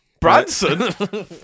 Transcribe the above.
Branson